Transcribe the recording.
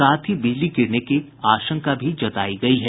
साथ ही बिजली गिरने की आशंका भी जतायी गयी है